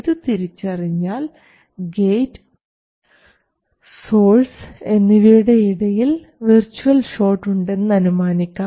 ഇത് തിരിച്ചറിഞ്ഞാൽ gate source എന്നിവയുടെ ഇടയിൽ വിർച്വൽ ഷോട്ട് ഉണ്ടെന്ന് അനുമാനിക്കാം